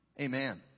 Amen